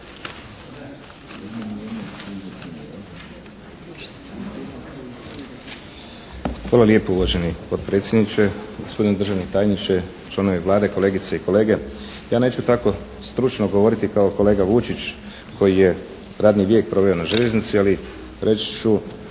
Hvala lijepo uvaženi potpredsjedniče, gospodine državni tajniče, članovi Vlade, kolegice i kolege. Ja neću tako stručno govoriti kao kolega Vučić koji je radni vijek proveo na željeznici. Ali reći ću